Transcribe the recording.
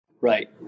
Right